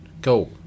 go